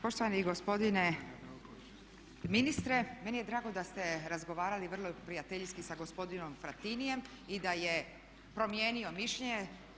Poštovani gospodine ministre, meni je drago da ste razgovarali vrlo prijateljski sa gospodinom Frattinijem i da je promijenio mišljenje.